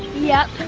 yep.